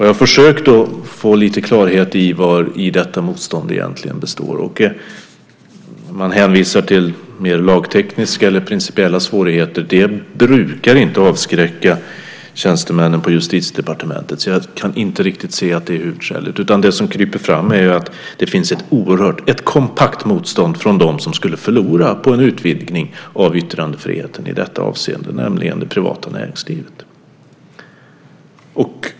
Jag har försökt att få lite klarhet i vari detta motstånd egentligen består. Man hänvisar till mer lagtekniska eller principiella svårigheter. Sådant brukar inte avskräcka tjänstemännen på Justitiedepartementet, så jag har svårt att tro att det är huvudskälet. Det som kryper fram är i stället att det finns ett kompakt motstånd från dem som skulle förlora på en utvidgning av yttrandefriheten i detta avseende, nämligen det privata näringslivet.